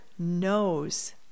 Knows